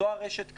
זו הרשת כיום,